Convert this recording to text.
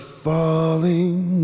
falling